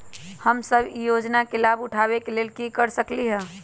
हम सब ई योजना के लाभ उठावे के लेल की कर सकलि ह?